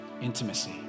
intimacy